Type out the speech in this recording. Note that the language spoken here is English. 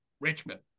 Richmond